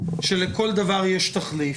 שלכל דבר יש תחליף,